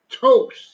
Toast